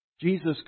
Jesus